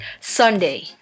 Sunday